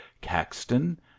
caxton